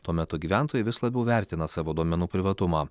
tuo metu gyventojai vis labiau vertina savo duomenų privatumą